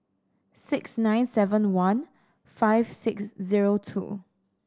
six nine seven one five six zero two